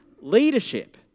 leadership